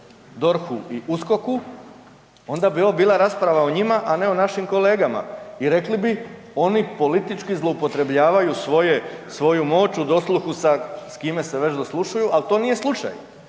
DORH-u i USKOK-u onda bi ovo bila rasprava o njima, a ne o našim kolegama i rekli bi oni politički zloupotrebljavaju svoje, svoju moć u dosluhu sa kime se već doslušuju ali to nije slučaj.